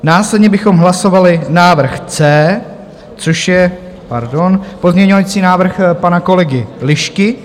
Následně bychom hlasovali návrh C, což je, pardon, pozměňovací návrh pana kolegy Lišky.